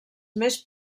més